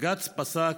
בג"ץ פסק,